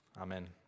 Amen